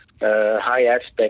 high-aspect